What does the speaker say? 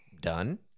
done